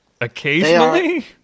Occasionally